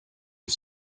you